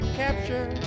capture